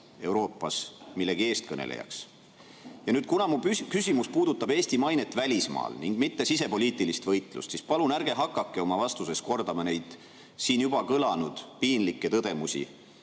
Euroopas millegi eestkõnelejaks. Kuna mu küsimus puudutab Eesti mainet välismaal, mitte sisepoliitilist võitlust, siis palun ärge hakake oma vastuses kordama neid siin juba kõlanud piinlikke tõdemusi.